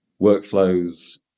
workflows